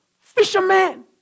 fisherman